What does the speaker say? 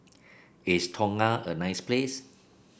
is Tonga a nice place